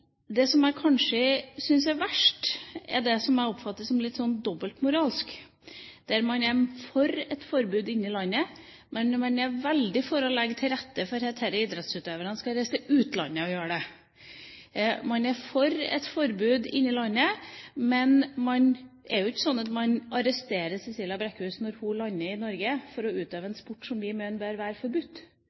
Det som jeg kanskje syns er verst, er det jeg oppfatter som dobbeltmoralsk, der man er for et forbud i landet, men man er veldig for å legge til rette for at disse idrettsutøverne skal reise til utlandet og utøve det. Man er for et forbud i landet, men det er jo ikke slik at man arresterer Cecilia Brækhus når hun lander i Norge, for å utøve en sport som vi mener bør være forbudt.